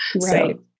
Right